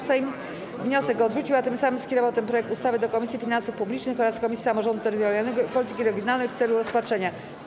Sejm wniosek odrzucił, a tym samym skierował ten projekt ustawy do Komisji Finansów Publicznych oraz Komisji Samorządu Terytorialnego i Polityki Regionalnej w celu rozpatrzenia.